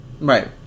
Right